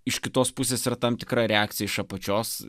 iš kitos pusės yra tam tikra reakcija iš apačios